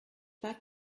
pas